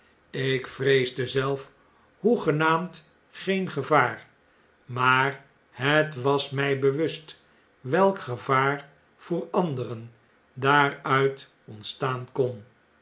ik vreesde zelf hoegenaamd geen gevaar maar het was mij bewust welk gevaar voor anderen daaruit ontstaan kon